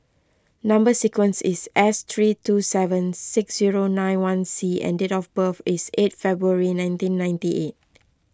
Number Sequence is S three two seven six zero nine one C and date of birth is eight February nineteen ninety eight